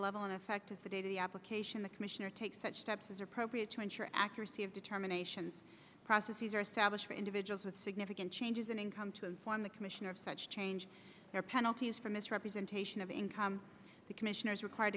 level in effect as the date of the application the commissioner takes such steps as appropriate to ensure accuracy of determination process easier established for individuals with significant changes in income to inform the commission of such change their penalties for misrepresentation of income the commissioners required